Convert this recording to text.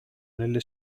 nelle